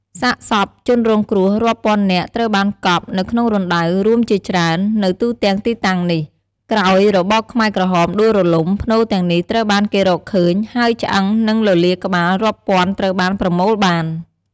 សាកសពជនរងគ្រោះរាប់ពាន់នាក់ត្រូវបានកប់នៅក្នុងរណ្ដៅរួមជាច្រើននៅទូទាំងទីតាំងនេះ ក្រោយរបបខ្មែរក្រហមដួលរលំ ផ្នូរទាំងនេះត្រូវបានគេរកឃើញ ហើយឆ្អឹង និងលលាដ៍ក្បាលរាប់ពាន់ត្រូវបានប្រមូលបាន។